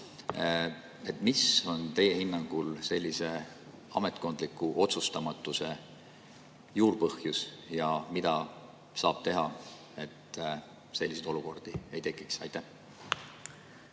Mis on teie hinnangul sellise ametkondliku otsustamatuse juurpõhjus? Ja mida saab teha, et selliseid olukordi ei tekiks? Aitäh!